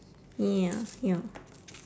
ya ya